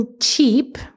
cheap